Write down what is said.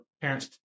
parents